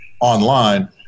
online